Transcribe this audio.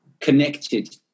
connected